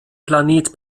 planet